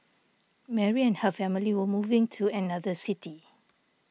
Mary and her family were moving to another city